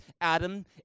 Adam